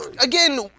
again